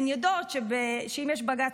הן יודעות שאם יש בג"ץ,